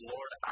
Lord